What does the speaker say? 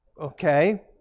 Okay